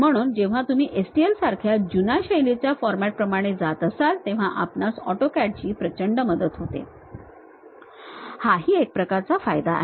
म्हणून जेव्हा तुम्ही STL सारख्या जुन्या शैलीच्या फॉरमॅट प्रमाणे जात असाल तेव्हा आपणास ऑटोकॅडची प्रचंड मदत होते हा ही एक प्रकारचा फायदा आहे